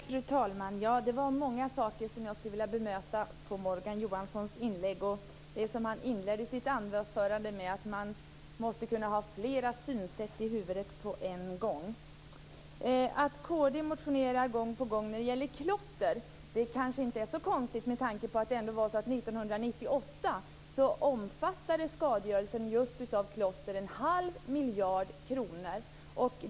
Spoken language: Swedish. Fru talman! Det är många saker i Morgan Johanssons inlägg som jag skulle vilja bemöta. Han inledde sitt anförande med att man måste kunna ha flera synsätt i huvudet på en gång. Att kd motionerar gång på gång om klotter är kanske inte så konstigt med tanke på att skadegörelsen i form av klotter 1998 uppgick till en halv miljard kronor.